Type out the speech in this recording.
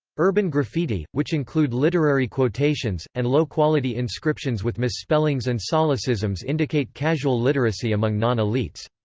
urban graffiti, which include literary quotations, and low-quality inscriptions with misspellings and solecisms indicate casual literacy among non-elites.